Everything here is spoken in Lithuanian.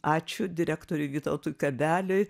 ačiū direktoriui vytautui kabeliui